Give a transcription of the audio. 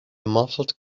muffled